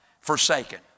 forsaken